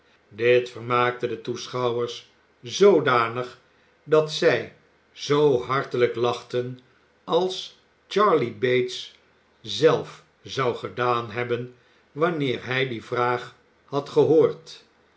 dit vermaakte de toeschouwers zoodanig dat zij zoo hartelijk lachten als charley bates zelf zou gedaan hebben wanneer hij die vraag had gehoord